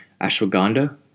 ashwagandha